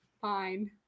Fine